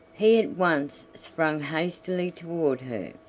he at once sprang hastily toward her,